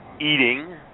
Eating